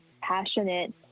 passionate